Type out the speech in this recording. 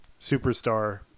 superstar